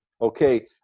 okay